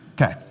Okay